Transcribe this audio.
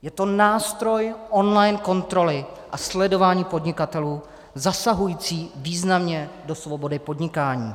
Je to nástroj online kontroly a sledování podnikatelů zasahující významně do svobody podnikání.